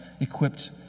equipped